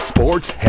Sports